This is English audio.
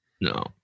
No